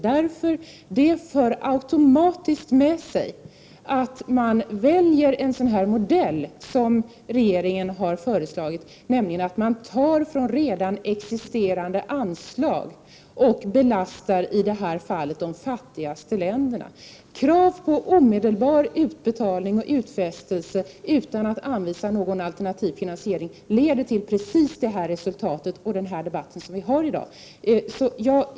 Det för automatiskt med sig att man väljer en sådan modell som den regeringen har föreslagit, nämligen att man tar från redan existerande anslag och i det här fallet belastar de redan fattigaste länderna. Krav på omedelbara utfästelser och Prot. 1989/90:45 omedelbar utbetalning utan att man anvisar någon alternativ finansiering le 13 december 1989 der till precis det resultat och den debatt som vi har i dag.